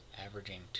averaging